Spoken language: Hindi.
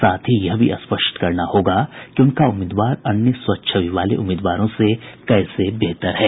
साथ ही यह भी स्पष्ट करना होगा कि उनका उम्मीदवार अन्य स्वच्छ छवि वाले उम्मीदवारों से कैसे बेहतर है